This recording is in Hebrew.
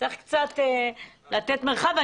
צריך קצת לתת מרחב.